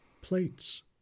plates